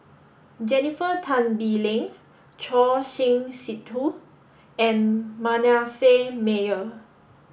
Jennifer Tan Bee Leng Choor Singh Sidhu and Manasseh Meyer